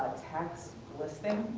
tax listing.